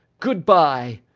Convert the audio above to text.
good bye!